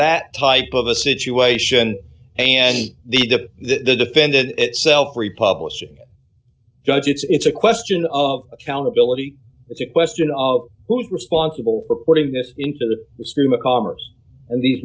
that type of a situation and the dip that the defended itself republishing judge it's a question of accountability it's a question of who is responsible for putting this into the stream of commerce and the